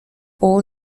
all